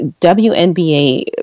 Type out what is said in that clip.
WNBA